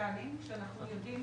דיגיטליים שאנחנו יודעים